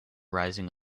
rising